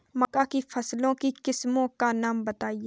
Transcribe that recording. मक्का की फसल की किस्मों का नाम बताइये